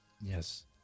yes